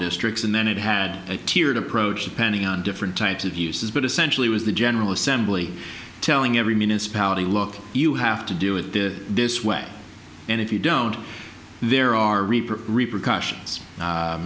districts and then it had a tiered approach of pending on different types of uses but essentially was the general assembly telling every municipality look you have to do it the this way and if you don't there are repercussions